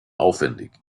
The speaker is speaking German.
aufwändig